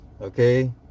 Okay